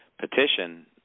petition